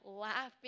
laughing